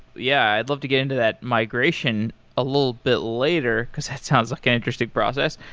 yeah. i'd love to get into that migration a little bit later, because that sounds like an interesting process.